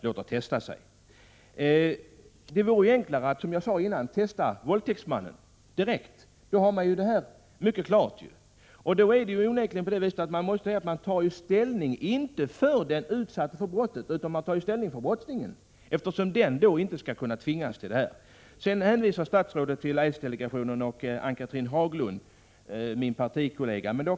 Som jag sagt tidigare, vore det enklare att direkt testa våldtäktsmännen. Det är onekligen på det viset att man inte tar ställning för den som blivit utsatt för brottet, utan för brottslingen, eftersom denne inte skall kunna tvingas till detta. Statsrådet hänvisar sedan till aidsdelegationen och min partikollega Ann-Cathrine Haglund.